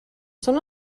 són